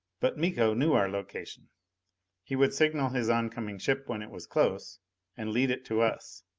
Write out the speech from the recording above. but miko knew our location he would signal his oncoming ship when it was close and lead it to us.